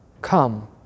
Come